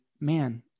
man